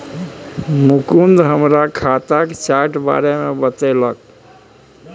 मुकुंद हमरा खाताक चार्ट बारे मे बतेलक